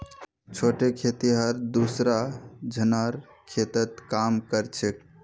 छोटे खेतिहर दूसरा झनार खेतत काम कर छेक